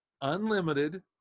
unlimited